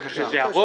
כן.